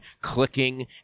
clicking